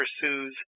pursues